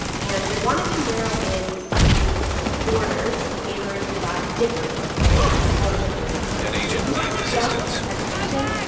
and they wanted to narrow in to borders, neighbors that differed a lot on both of those factors. so it's not just segregation.